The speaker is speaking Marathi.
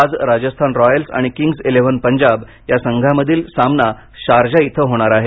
आज राजस्थान रॉयल्स आणि किंग्ज इलेव्हन पंजाब या संघामधील सामना शारजा इथं होणार आहे